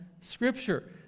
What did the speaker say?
Scripture